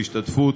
בהשתתפות